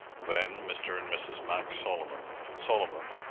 then mr. and mrs. max solomon solomon,